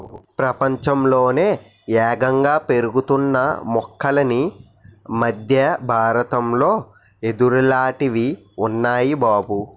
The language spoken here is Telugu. ప్రపంచంలోనే యేగంగా పెరుగుతున్న మొక్కలన్నీ మద్దె బారతంలో యెదుర్లాటివి ఉన్నాయ్ బాబూ